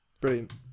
Brilliant